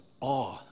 awe